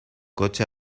coche